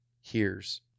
hears